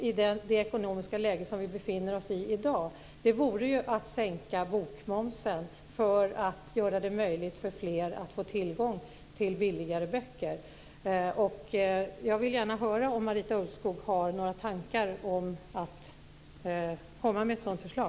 I det ekonomiska läge som vi befinner oss i dag finns det ett relativt enkelt sätt att göra det möjligt för fler att få tillgång till billigare böcker, nämligen att sänka bokmomsen. Jag vill gärna höra om Marita Ulvskog har några tankar om att komma med ett sådant förslag.